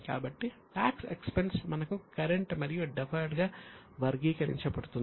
కాబట్టి tax expense మనకు current మరియు డెఫర్డ్ గా వర్గీకరించబడుతుంది